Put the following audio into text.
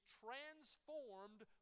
transformed